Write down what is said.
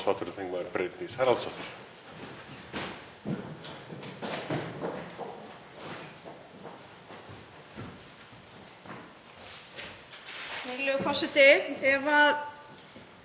forseti. Ef þessi spurning hefði komið hér upp í þingsal fyrir fimm árum síðan þá hefði ég sagt að þetta væri bara einfalt; það ætti bara að hætta fastri byggð í Grímsey